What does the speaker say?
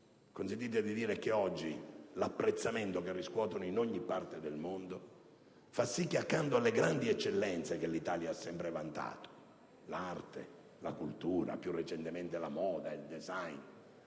Consentitemi di dire che oggi l'apprezzamento che essi riscuotono in ogni parte del mondo fa sì che, accanto alle grandi eccellenze che l'Italia ha sempre vantato (l'arte, la cultura, più recentemente la moda, il *design*),